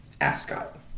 ascot